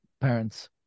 parents